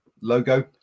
logo